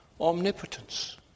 omnipotence